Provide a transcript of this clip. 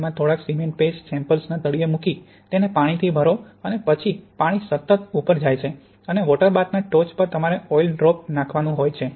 તેમાં થોડોક cement paste સેમ્પ્લ્સના તળિયે મૂકી તેને પાણીથી ભરો અને પછી પાણી સતત ઉપર જાય છે અને વોટર બાથમાં ટોચ પર તમારે ઓઇલ ડ્રોપ નાખવાનું હોય છે